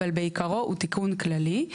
אבל בעיקרו הוא תיקון כללי.